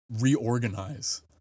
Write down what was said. reorganize